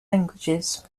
languages